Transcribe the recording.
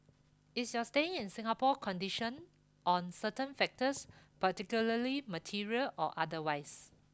is your staying in Singapore conditional on certain factors particularly material or otherwise